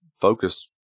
focus